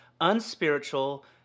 unspiritual